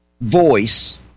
voice